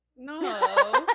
No